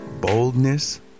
boldness